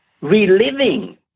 reliving